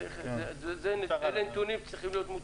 אבל אלה נתונים שצריכים להיות מוצגים.